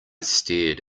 stared